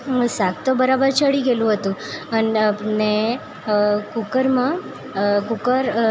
શાક તો બરાબર ચડી ગયેલું હતું અને કૂકરમાં કૂકર